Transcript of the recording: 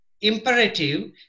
imperative